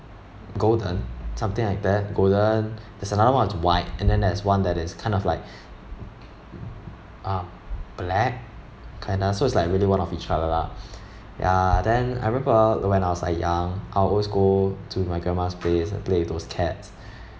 golden something like that golden there's another one that's white and then there's one that is kind of like um black kind of so it's like really one of each colour lah ya then I remember when I was like young I always go to my grandma's place and play with those cats